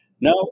Now